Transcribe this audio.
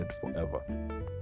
forever